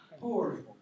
poor